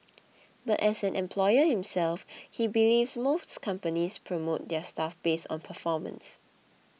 but as an employer himself he believes most companies promote their staff based on performance